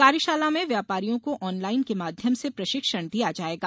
कार्यशाला में व्यापारियों को ऑनलाइन के माध्यम से प्रशिक्षण दिया जायेगा